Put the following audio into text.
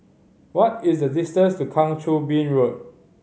what is the distance to Kang Choo Bin Road